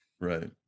right